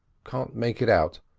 can't make it out.